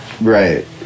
Right